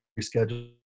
reschedule